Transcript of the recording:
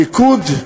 ישראלים,